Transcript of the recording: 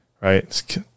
Right